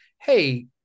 Hey